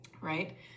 right